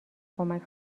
کمک